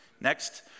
Next